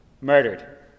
murdered